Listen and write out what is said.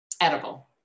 edible